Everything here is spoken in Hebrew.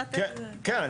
כן, כן.